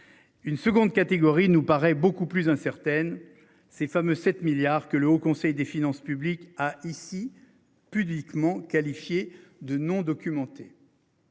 Une seconde catégorie nous paraît beaucoup plus incertaine. Ces femmes 7 milliards que le Haut conseil des finances publiques a ici pudiquement qualifiés de non documenté.